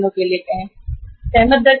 कितने ब्याज दर पर सहमत हुए थे